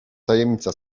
tajemnica